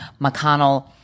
McConnell